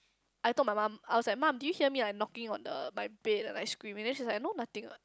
I told my mum I was like mum do you hear me like knocking on the my bed and I scream and then she's like no nothing what